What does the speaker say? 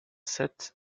sept